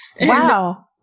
Wow